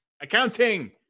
Accounting